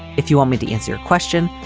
if you want me to answer your question.